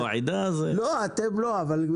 יש